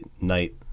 night